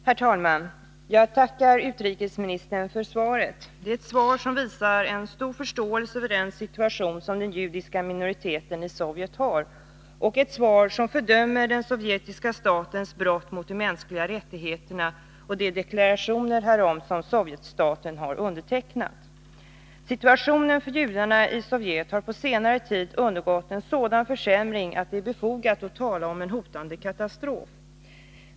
Herr talman! Jag tackar utrikesministern för svaret. Det är ett svar som visar en stor förståelse för den situation som den judiska minoriteten i Sovjet har och ett svar som fördömer den sovjetiska statens brott mot de mänskliga rättigheterna och de deklarationer härom som Sovjetstaten har undertecknat. Situationen för judarna i Sovjet har på senare tid undergått en sådan försämring att det är befogat att tala om en hotande katastrof.